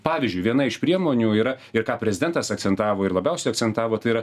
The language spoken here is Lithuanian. pavyzdžiui viena iš priemonių yra ir ką prezidentas akcentavo ir labiausiai akcentavo tai yra